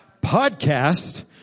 Podcast